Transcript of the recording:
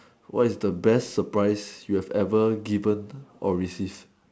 what is the best surprise you have ever given or receive